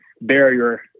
barrier